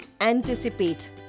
Anticipate